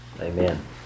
Amen